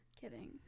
Kidding